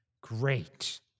Great